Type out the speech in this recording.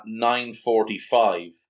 9.45